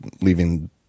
leaving